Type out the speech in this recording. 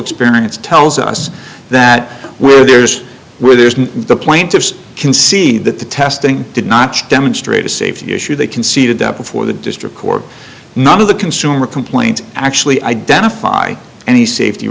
experience tells us that where there's where there isn't the plaintiffs can see that the testing did not demonstrate a safety issue they conceded that before the district court none of the consumer complaints actually identify any safety